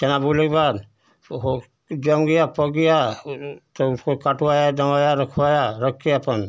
चना बोने के बाद ओहो जम गया पक गया तो उसको कटवाया धोवाया रखवाया रख कर अपन